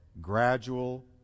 gradual